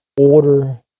order